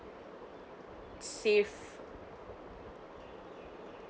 save